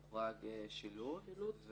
הוחרג שילוט.